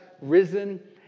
risen